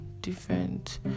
different